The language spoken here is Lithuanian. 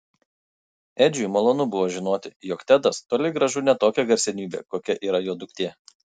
edžiui malonu buvo žinoti jog tedas toli gražu ne tokia garsenybė kokia yra jo duktė